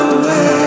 away